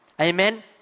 Amen